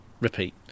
repeat